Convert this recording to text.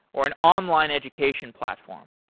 or an online education platform,